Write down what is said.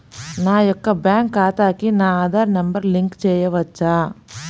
నా యొక్క బ్యాంక్ ఖాతాకి నా ఆధార్ నంబర్ లింక్ చేయవచ్చా?